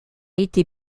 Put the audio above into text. été